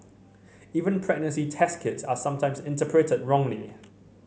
even pregnancy test kits are sometimes interpreted wrongly